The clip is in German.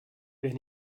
wer